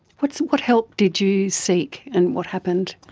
what so what help did you seek and what happened?